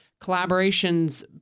collaborations